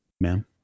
ma'am